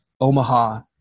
Omaha